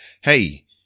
Hey